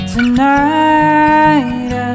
Tonight